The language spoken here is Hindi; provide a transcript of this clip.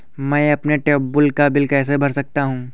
मैं अपने ट्यूबवेल का बिल कैसे भर सकता हूँ?